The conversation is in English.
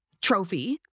trophy